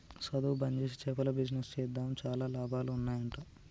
సధువు బంజేసి చేపల బిజినెస్ చేద్దాం చాలా లాభాలు ఉన్నాయ్ అంట